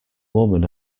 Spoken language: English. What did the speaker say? woman